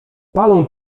palą